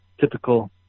typical